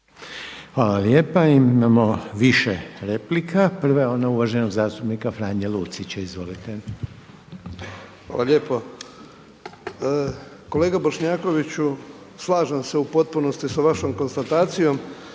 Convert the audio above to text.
Hvala lijepa. Imamo više replika. Prva je ona uvaženog zastupnika Franje Lucića. Izvolite. **Lucić, Franjo (HDZ)** Hvala lijepo. Kolega Bošnjakoviću, slažem se u potpunosti sa vašom konstatacijom